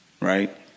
Right